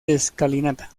escalinata